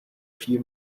few